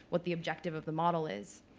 what the objective of the model is.